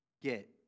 get